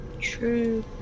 true